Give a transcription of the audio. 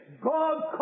God